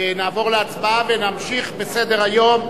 נעבור להצבעה ונמשיך בסדר-היום.